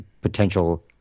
potential